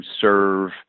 serve